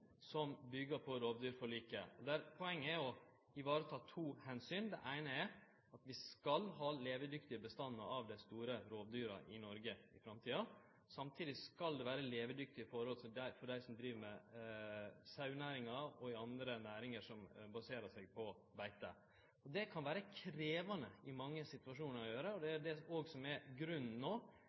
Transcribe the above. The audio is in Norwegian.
skal ha levedyktige bestandar av dei store rovdyra i Noreg i framtida. Samtidig skal det vere levedyktige forhold for dei som driv i sauenæringa og i andre næringar som baserer seg på beite. Det kan vere krevjande i mange situasjonar, og det er òg det som er grunnen til at vi no